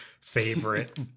favorite